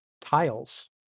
tiles